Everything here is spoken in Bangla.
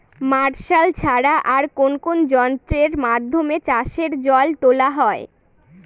মার্শাল ছাড়া আর কোন কোন যন্ত্রেরর মাধ্যমে চাষের জল তোলা হয়?